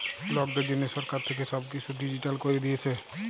লকদের জনহ সরকার থাক্যে সব কিসু ডিজিটাল ক্যরে দিয়েসে